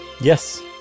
Yes